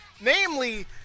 namely